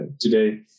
today